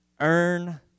Earn